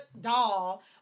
doll